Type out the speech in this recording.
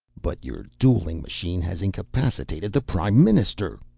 but your dueling machine has incapacitated the prime minister,